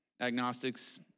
agnostics